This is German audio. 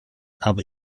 aber